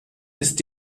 ist